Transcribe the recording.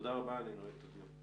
תודה רבה, אני נועל את הדיון.